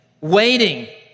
waiting